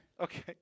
Okay